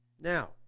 Now